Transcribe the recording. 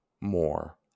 more